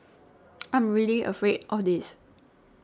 I am really afraid of this